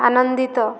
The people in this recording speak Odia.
ଆନନ୍ଦିତ